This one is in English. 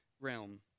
realm